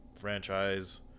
franchise